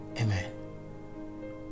amen